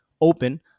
open